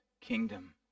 kingdom